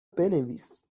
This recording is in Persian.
بنویس